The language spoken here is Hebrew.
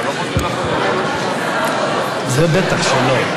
לא רוצה, זה בטח שלא.